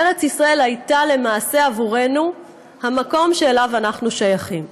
ארץ ישראל הייתה למעשה עבורנו המקום שאליו אנחנו שייכים.